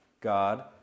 God